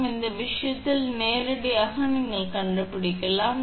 எனவே அந்த விஷயத்தில் நேரடியாக நீங்கள் என்னவென்று கண்டுபிடிக்கலாம்